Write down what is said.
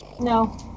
No